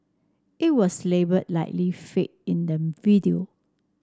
it was labelled Likely Fake in the video